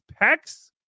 pecs